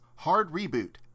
hardreboot